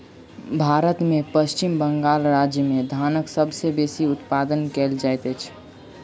भारत में पश्चिम बंगाल राज्य में धानक सबसे बेसी उत्पादन कयल जाइत अछि